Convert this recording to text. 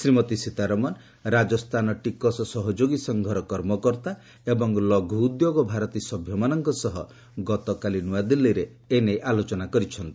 ଶ୍ରୀମତୀ ସୀତାରମଣ ରାଜସ୍ଥାନ ଟିକସ ସହଯୋଗୀ ସଂଘର କର୍ମକର୍ତ୍ତା ଏବଂ ଲଘୁ ଉଦ୍ୟୋଗ ଭାରତୀ ସଭ୍ୟମାନଙ୍କ ସହ ଗତକାଲି ନ୍ତଆଦିଲ୍ଲୀରେ ଏ ନେଇ ଆଲୋଚନା କରିଛନ୍ତି